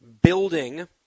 building